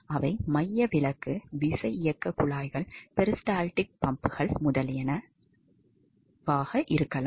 அவை மையவிலக்கு விசையியக்கக் குழாய்கள் பெரிஸ்டால்டிக் பம்புகள் முதலியன இருக்கலாம்